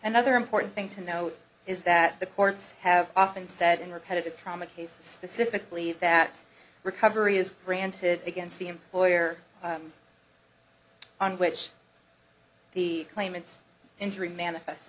another important thing to note is that the courts have often said in repetitive trauma case specifically that recovery is granted against the employer on which the claimants injury manifests